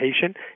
patient